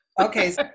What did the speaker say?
Okay